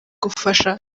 gufasha